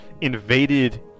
invaded